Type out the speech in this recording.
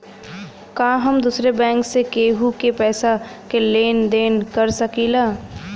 का हम दूसरे बैंक से केहू के पैसा क लेन देन कर सकिला?